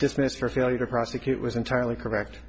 dismiss for failure to prosecute was entirely correct